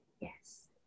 Yes